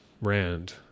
Rand